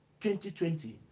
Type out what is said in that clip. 2020